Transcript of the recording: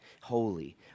Holy